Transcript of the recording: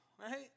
right